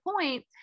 point